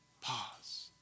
pause